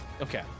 okay